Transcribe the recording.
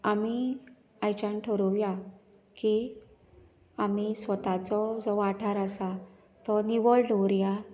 आमी आयजच्यान थारावया की आमी स्वताचो जो वाठार आसा तो निवळ दवरया